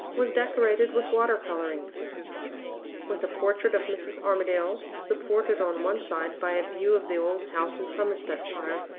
was decorated with water-color drawings with a portrait of mrs. armadale supported on one side by a view of the old house in somersetshire,